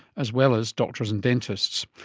as well as doctors and dentists.